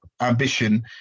ambition